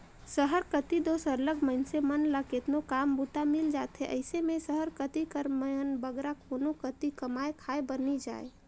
सहर कती दो सरलग मइनसे मन ल केतनो काम बूता मिल जाथे अइसे में सहर कती कर मन बगरा कोनो कती कमाए खाए बर नी जांए